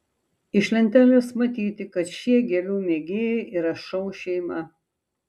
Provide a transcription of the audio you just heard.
iš lentelės matyti kad šie gėlių mėgėjai yra šou šeima